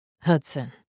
Hudson